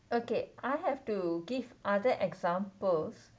okay I have to give other examples